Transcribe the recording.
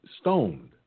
stoned